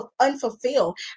unfulfilled